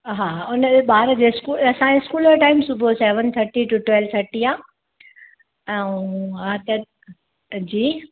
हा उन जे ॿार जे स्कूल असां जे स्कूल जो टाइम सुबुह जो seven thirty to twelve thirty आहे ऐं हा त जी